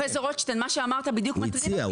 הוא הציע,